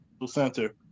Center